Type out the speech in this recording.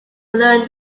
learn